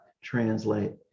Translate